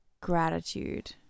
gratitude